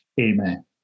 Amen